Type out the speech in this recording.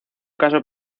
caso